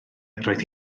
roedd